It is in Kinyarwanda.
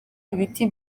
ibiti